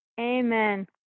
amen